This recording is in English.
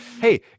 hey